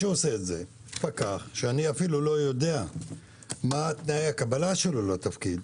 עושה את זה פקח שאני אפילו לא יודע מה תנאי הקבלה שלו לתפקיד.